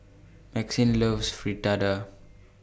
Maxine loves Fritada